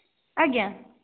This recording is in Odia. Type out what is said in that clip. ଆଜ୍ଞା